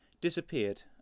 disappeared